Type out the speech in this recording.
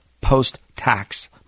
post-tax